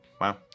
Wow